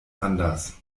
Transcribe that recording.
anders